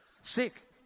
sick